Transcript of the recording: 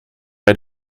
bij